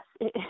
yes